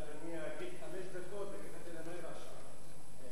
אני אדבר חמש דקות ואז, רבע שעה.